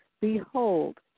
Behold